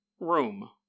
room